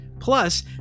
Plus